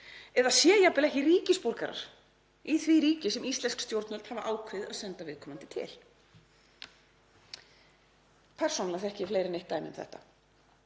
eða sé jafnvel ekki ríkisborgarar í því ríki sem íslensk stjórnvöld hafa ákveðið að senda viðkomandi til. Persónulega þekki ég fleiri en eitt dæmi um þetta.